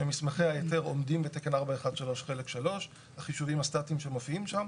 שמסמכי ההיתר עומדים בתקן 413 חלק 3. החישובים הסטטיים שמופיעים שם.